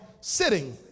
sitting